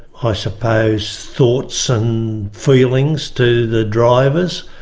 i suppose, thoughts and feelings to the drivers,